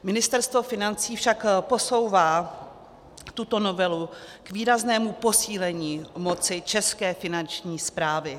Ministerstvo financí však posouvá tuto novelu k výraznému posílení moci české Finanční správy.